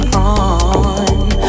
on